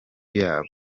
yabo